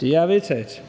Det er vedtaget.